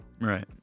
Right